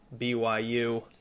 byu